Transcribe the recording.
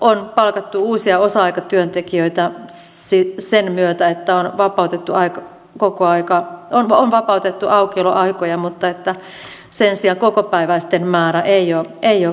on palkattu uusia osa aikatyöntekijöitä sen myötä että on vapautettu vaikka koko aikaa on vapautettu aukioloaikoja mutta sen sijaan kokopäiväisten määrä ei ole kasvanut